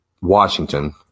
Washington